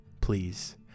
please